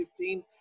2015